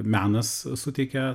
menas suteikia